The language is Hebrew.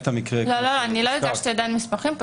אני לא הגשתי עדיין מסמכים,